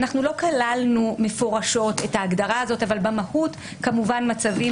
אנחנו לא כללנו מפורשות את ההגדרה הזאת אבל במהות כמובן מצבים